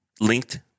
linked